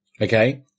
Okay